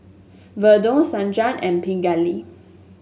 Redre Sanjeev and Pingali